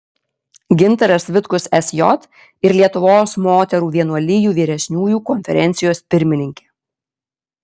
gintaras vitkus sj ir lietuvos moterų vienuolijų vyresniųjų konferencijos pirmininkė